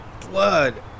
blood